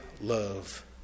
love